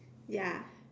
ya